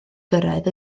gyrraedd